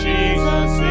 Jesus